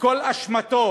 וכל אשמתו